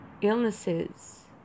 illnesses